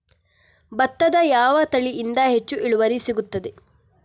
ಭತ್ತದ ಯಾವ ತಳಿಯಿಂದ ಹೆಚ್ಚು ಇಳುವರಿ ಸಿಗುತ್ತದೆ?